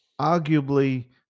arguably